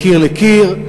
מקיר לקיר,